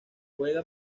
juega